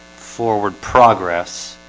forward progress